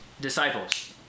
disciples